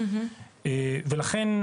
לכן,